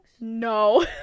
no